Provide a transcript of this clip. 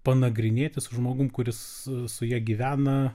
panagrinėti su žmogum kuris su ja gyvena